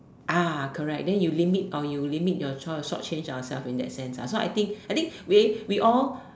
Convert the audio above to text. correct then you limit or limit your short~ short-change in ourselves in that sense I think I think we we all